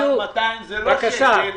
1.2 מיליארד שקל זה לא שקל אחד.